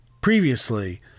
previously